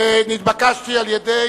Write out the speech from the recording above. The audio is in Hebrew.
ונתבקשתי על-ידי